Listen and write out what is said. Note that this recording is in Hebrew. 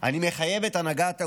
"אני מחייב את הנהגת האומה,